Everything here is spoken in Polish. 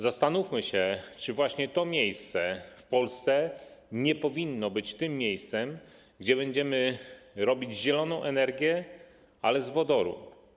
Zastanówmy się, czy właśnie to miejsce w Polsce nie powinno być tym miejscem, gdzie będziemy wytwarzać zieloną energię z wodoru.